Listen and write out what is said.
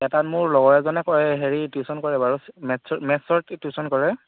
এটাত মোৰ লগৰ হেৰি লগৰ এজনে কৰে হেৰি টিউশ্যন কৰে বাৰু মেথচৰ মেথচৰ টিউশ্যন কৰে